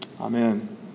Amen